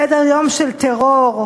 סדר-יום של טרור,